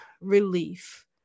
relief